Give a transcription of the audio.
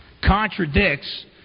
contradicts